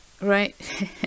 right